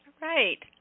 right